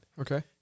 Okay